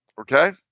Okay